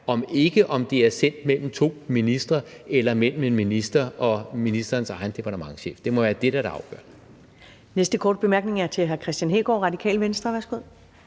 og ikke, om det er sendt mellem to ministre eller mellem en minister og ministerens egen departementschef. Det må være det, der er det